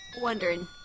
wondering